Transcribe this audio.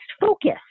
focus